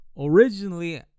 Originally